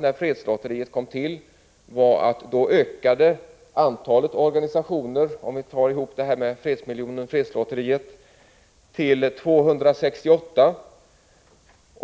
När fredslotteriet kom till i våras ökade antalet organisationer, om man talar om både fredsmiljonen och fredslotteriet, till 268.